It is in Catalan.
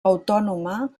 autònoma